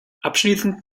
abschließend